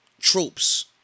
tropes